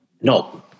no